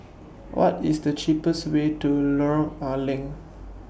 What IS The cheapest Way to Lorong A Leng